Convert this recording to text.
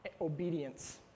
Obedience